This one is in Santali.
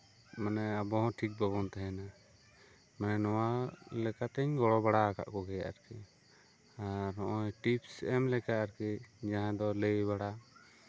ᱢᱟᱱᱮ ᱟᱵᱚᱦᱚᱸ ᱴᱷᱤᱠ ᱵᱟᱵᱚᱱ ᱛᱟᱦᱮᱱᱟ ᱢᱟᱱᱮ ᱱᱚᱣᱟ ᱞᱮᱠᱟᱛᱤᱧ ᱜᱚᱲᱚ ᱵᱟᱲᱟ ᱠᱟᱜ ᱠᱚᱜᱮᱭᱟ ᱟᱨᱠᱤ ᱦᱮᱸ ᱱᱚᱜᱼᱚᱭ ᱴᱤᱯᱥ ᱮᱢ ᱞᱮᱠᱟ ᱟᱨᱠᱤ ᱡᱟᱦᱟᱸ ᱫᱚ ᱞᱟᱹᱭ ᱵᱟᱲᱟ